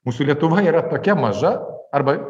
mūsų lietuva yra tokia maža arba